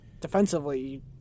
defensively